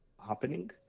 happening